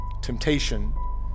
temptation